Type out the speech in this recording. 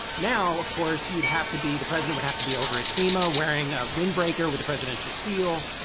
now, of course, you'd have to be the president would have to be over at fema wearing a windbreaker with the presidential seal.